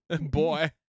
boy